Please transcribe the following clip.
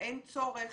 אין צורך